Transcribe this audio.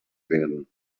werden